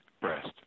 breast